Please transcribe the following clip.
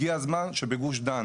הגיע הזמן בגוש דן